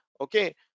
okay